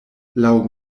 laŭ